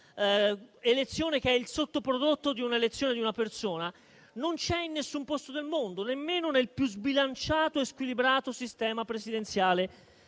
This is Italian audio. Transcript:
che è il sottoprodotto di un'elezione di una persona, non c'è in alcun posto del mondo, nemmeno nel più sbilanciato e squilibrato sistema presidenziale